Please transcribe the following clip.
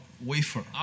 wafer